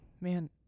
man